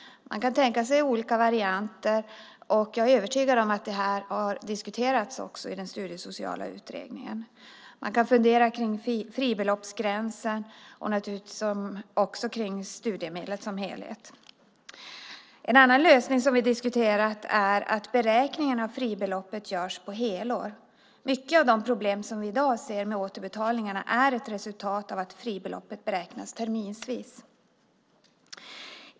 Man kan tänka sig olika varianter. Jag är övertygad om att det har diskuterats i den studiesociala utredningen. Man kan fundera över fribeloppsgränsen och över studiemedlet som helhet. En annan lösning som vi har diskuterat är att beräkningen av fribeloppet görs på helår. Mycket av de problem med återbetalningarna som vi i dag ser är ett resultat av att fribeloppet beräknas terminsvis.